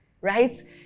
right